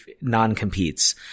non-competes